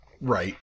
Right